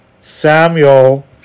Samuel